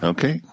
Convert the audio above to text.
Okay